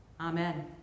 amen